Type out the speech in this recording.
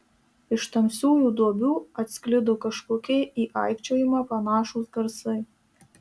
iš tamsiųjų duobių atsklido kažkokie į aikčiojimą panašūs garsai